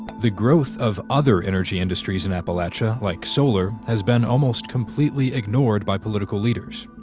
the growth of other energy industries in appalachia, like solar, has been almost completely ignored by political leaders.